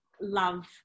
love